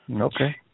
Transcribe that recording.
Okay